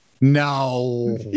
No